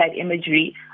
imagery